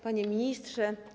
Panie Ministrze!